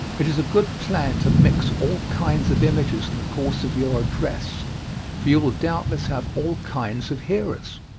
it is a good plan to mix all kinds of images in the course of your address for you will doubtless have all kinds of hearers.